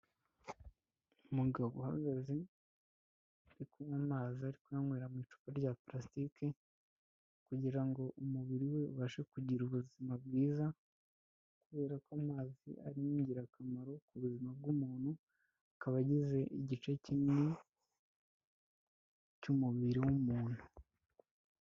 Umugabo uhagaze, ari kunkwa amazi ari kuyankwera mu icupa rya palasitike, kugira ngo umubiri we ubashe kugira ubuzima bwiza, kubera ko amazi ari ingirakamaro ku buzima bw'umuntu, akaba agize igice kinini, cy'umubiri w'umuntu.